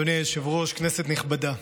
אדוני היושב-ראש, כנסת נכבדה,